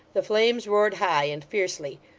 the flames roared high and fiercely,